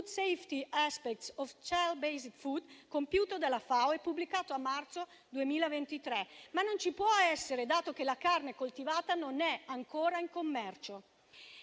safety aspects of cell-based food*», compiuto dalla FAO e pubblicato a marzo 2023, ma non ci può essere, dato che la carne coltivata non è ancora in commercio.